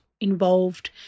involved